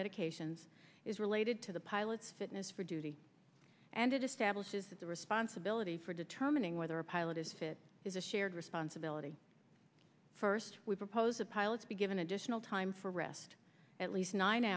medications is related to the pilot's fitness for duty and it establishes that the responsibility for determining whether a pilot is fit is a shared responsibility first we propose of pilots be given additional time for rest at least nine